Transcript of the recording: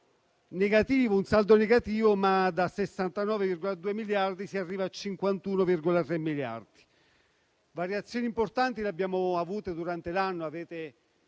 un saldo negativo, ma da 69,2 miliardi si arriva a 51,6. Variazioni importanti ne abbiamo avute durante l'anno.